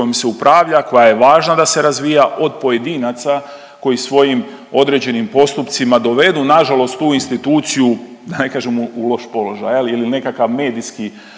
kojom se upravlja, koja je važna da se razvija od pojedinaca koji svojim određenim postupcima dovedu na žalost tu instituciju da ne kažem u loš položaj ili nekakav medijski